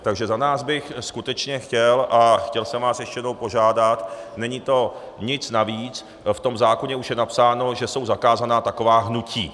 Takže za nás bych skutečně chtěl a chtěl jsem vás ještě jednou požádat, není to nic navíc, v tom zákoně už je napsáno, že jsou zakázaná taková hnutí.